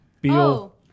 Beal